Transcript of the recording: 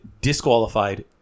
disqualified